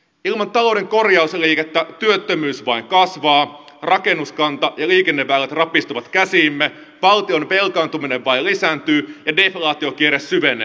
ilman talouden korjausliikettä työttömyys vain kasvaa rakennuskanta ja liikenneväylät rapistuvat käsiimme valtion velkaantuminen vain lisääntyy ja deflaatiokierre syvenee